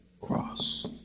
cross